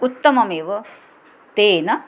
उत्तममेव तेन